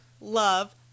love